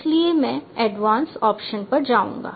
इसलिए मैं advanced options पर जाऊंगा